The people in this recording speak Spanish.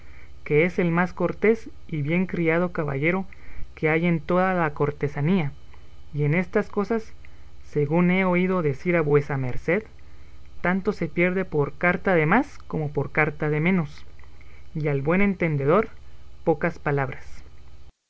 que es el más cortés y bien criado caballero que hay en toda la cortesanía y en estas cosas según he oído decir a vuesa merced tanto se pierde por carta de más como por carta de menos y al buen entendedor pocas palabras